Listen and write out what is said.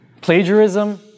plagiarism